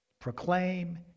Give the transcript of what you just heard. proclaim